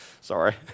Sorry